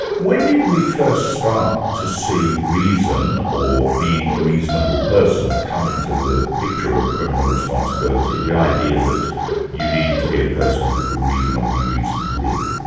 when did we first start to see reason or being a reasonable person come into the picture of criminal responsibility? the idea that you needed to be a person who could reason or be reasoned with?